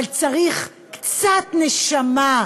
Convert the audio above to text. אבל צריך קצת נשמה,